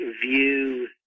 view